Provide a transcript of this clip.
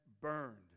burned